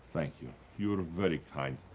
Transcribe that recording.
thank you. you are very kind.